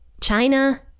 china